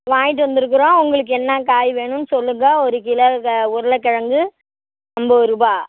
வாங்கிட்டு வந்திருக்குறோம் உங்களுக்கு என்ன காய் வேணும்னு சொல்லுங்க ஒரு கிலோ க உருளக்கிழங்கு ஐம்பது ரூபாய்